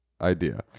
idea